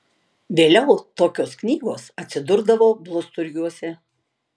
vėliau tokios knygos atsidurdavo blusturgiuose